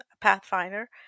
Pathfinder